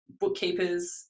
bookkeepers